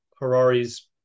Harari's